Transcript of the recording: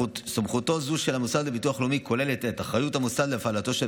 סמכותו זו של המוסד לביטוח לאומי כוללת את אחריות המוסד להפעלתו של